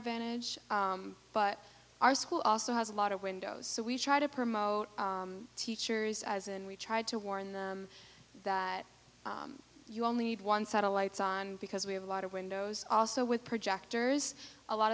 vantage but our school also has a lot of windows so we try to promote teachers as and we tried to warn them that you only need one satellites on because we have a lot of windows also with